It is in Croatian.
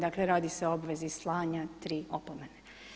Dakle, radi se o obvezi slanja tri opomene.